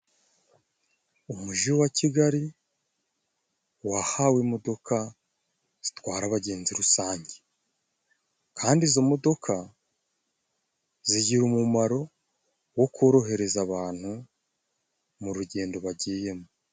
Umuji wa Kigali wahawe imodoka zitwara abagenzi rusange, kandi izo modoka zigira umumaro wo korohereza abantu mu rugendo bagiyemo.